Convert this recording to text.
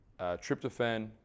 tryptophan